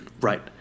Right